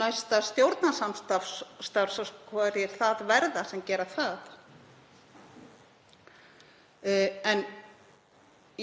næsta stjórnarsamstarfs, hverjir það verða sem gera það. En